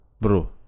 bro